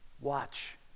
watch